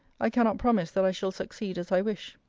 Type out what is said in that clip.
i cannot promise that i shall succeed as i wish.